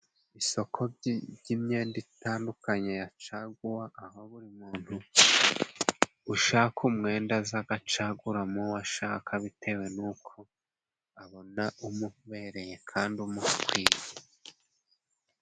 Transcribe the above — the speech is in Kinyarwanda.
Isoko ry'imyenda itandukanye ya caguwa, aho buri muntu ushaka umwenda aza agacagura mo uwo ashaka bitewe n'uko abona umubereye kandi umuti.